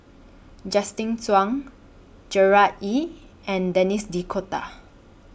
Justin Zhuang Gerard Ee and Denis D'Cotta